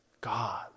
God